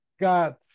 got